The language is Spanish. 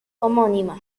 homónima